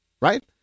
right